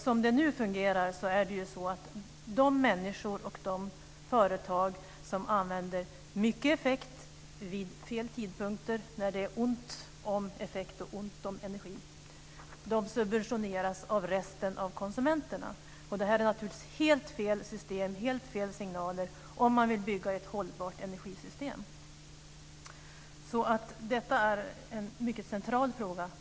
Som det fungerar nu subventioneras de människor och företag som använder mycket effekt vid fel tidpunkter, när det är ont om effekt och ont om energi, av resten av konsumenterna. Det är naturligtvis helt fel system och helt fel signaler om man vill bygga ett hållbart energisystem. Jag tycker att detta är en mycket central fråga.